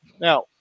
Now